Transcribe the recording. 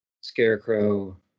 Scarecrow